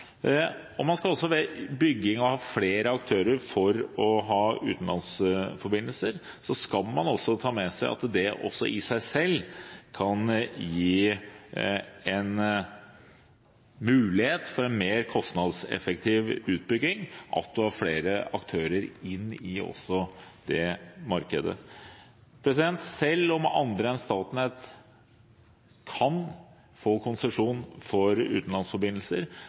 Ved bygging av utenlandsforbindelser av flere aktører skal man også ta med seg at det i seg selv kan gi en mulighet for en mer kostnadseffektiv utbygging at en har flere aktører inn i det markedet. Selv om andre enn Statnett kan få konsesjon for utenlandsforbindelser,